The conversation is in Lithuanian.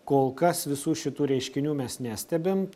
kol kas visų šitų reiškinių mes nestebim